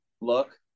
look